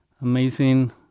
Amazing